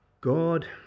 God